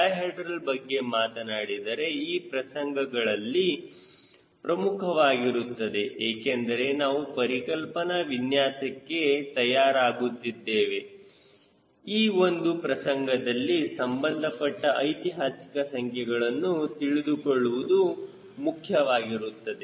dihedral ಬಗ್ಗೆ ಮಾತನಾಡಿದರೆ ಈ ಪ್ರಸಂಗದಲ್ಲಿ ಪ್ರಮುಖವಾಗಿರುತ್ತದೆ ಏಕೆಂದರೆ ನಾವು ಪರಿಕಲ್ಪನಾ ವಿನ್ಯಾಸಕ್ಕೆ ತಯಾರಾಗುತ್ತಿದ್ದೇನೆ ಈ ಒಂದು ಪ್ರಸಂಗದಲ್ಲಿ ಸಂಬಂಧಪಟ್ಟ ಐತಿಹಾಸಿಕ ಸಂಖ್ಯೆಗಳನ್ನು ತಿಳಿದುಕೊಳ್ಳುವುದು ಮುಖ್ಯವಾಗಿರುತ್ತದೆ